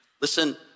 Listen